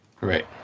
Right